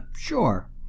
Sure